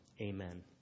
amen